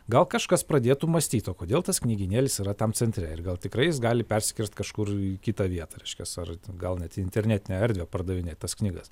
gal kažkas pradėtų mąstyt o kodėl tas knygynėlis yra tam centre ir gal tikrai jis gali perskelt kažkur į kitą vietą reiškias ar gal net į internetinę erdvę pardavinėt tas knygas